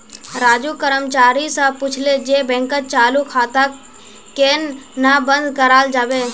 राजू कर्मचारी स पूछले जे बैंकत चालू खाताक केन न बंद कराल जाबे